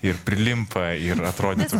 ir prilimpa ir atrodytų